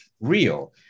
real